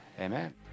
Amen